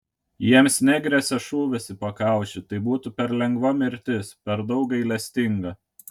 jiems negresia šūvis į pakaušį tai būtų per lengva mirtis per daug gailestinga